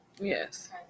Yes